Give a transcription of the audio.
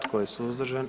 Tko je suzdržan?